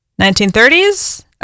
1930s